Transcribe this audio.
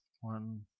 One